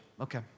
Okay